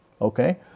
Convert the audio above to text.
Okay